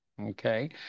okay